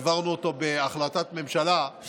העברנו אותו בהחלטת ממשלה,